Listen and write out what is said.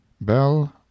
bell